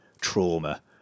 trauma